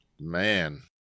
Man